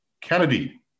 Kennedy